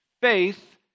faith